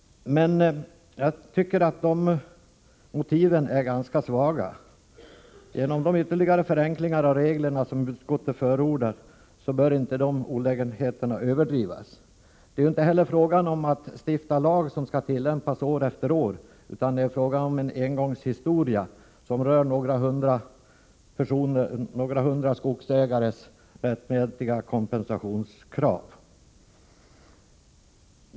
Jag tycker emellertid att de motiven är ganska svaga. Med tanke på de ytterligare förenklingar av reglerna som utskottet förordar bör inte de olägenheterna överdrivas. Det är inte heller fråga om att stifta lag som skall tillämpas år efter år. Det är fråga om en engångsföreteelse, som rör några hundra skogsägares rättmätiga kompensationskrav.